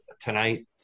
tonight